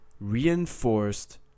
reinforced